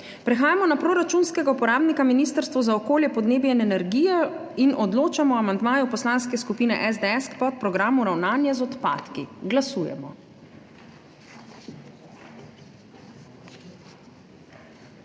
Prehajamo na proračunskega uporabnika Ministrstvo za okolje, podnebje in energijo in odločamo o amandmaju Poslanske skupine SDS k podprogramu Ravnanje z odpadki. Glasujemo.